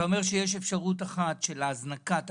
אתה אומר שיש אפשרות אחת של הזנקת הכוננים,